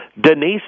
Denise